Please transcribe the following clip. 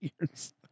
years